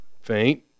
faint